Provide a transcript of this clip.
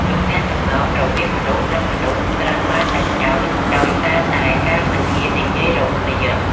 ទំនាក់ទំនងរវាងមនុស្ស និងមនុស្សត្រូវបានដាច់ដោច ដោយសារតែការមិនហ៊ាននិយាយរកគ្នា។